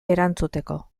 erantzuteko